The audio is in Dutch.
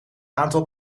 aantal